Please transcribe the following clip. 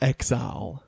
Exile